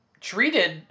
treated